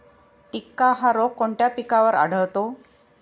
टिक्का हा रोग कोणत्या पिकावर आढळतो?